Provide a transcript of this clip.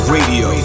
Radio